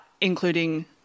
including